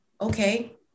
okay